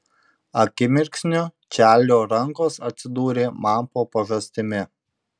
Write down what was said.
akimirksniu čarlio rankos atsidūrė man po pažastimis